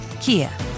Kia